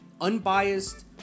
unbiased